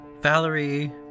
Valerie